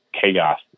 chaos